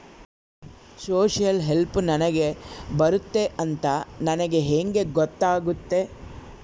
Social help ನನಗೆ ಬರುತ್ತೆ ಅಂತ ನನಗೆ ಹೆಂಗ ಗೊತ್ತಾಗುತ್ತೆ?